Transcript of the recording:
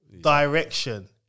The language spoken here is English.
direction